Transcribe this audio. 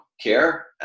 care